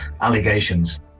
allegations